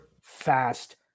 fast